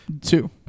Two